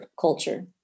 culture